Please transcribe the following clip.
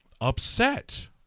upset